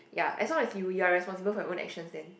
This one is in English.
ya as long as you you're responsible for your own actions then